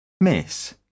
Miss